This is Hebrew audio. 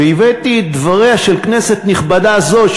והבאתי את דבריה של כנסת נכבדה זו,